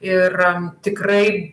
ir tikrai